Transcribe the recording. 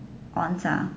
ons ah